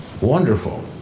Wonderful